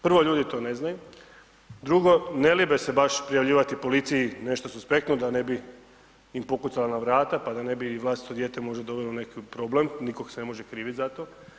Prvo ljudi to ne znaju, drugo, ne libe se baš prijavljivati policiji nešto suspektno da ne bi im pokucala na vrata, pa da ne bi i vlastito dijete možda dovelo u nekakav problem, nikog se ne može kriviti za to.